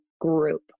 group